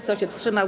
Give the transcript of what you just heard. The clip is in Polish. Kto się wstrzymał?